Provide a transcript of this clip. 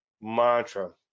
mantra